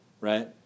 right